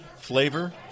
flavor